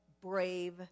brave